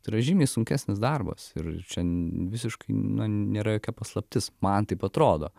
tai yra žymiai sunkesnis darbas ir čia visiškai na nėra jokia paslaptis man taip atrodo